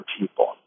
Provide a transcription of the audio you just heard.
people